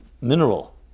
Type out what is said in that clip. mineral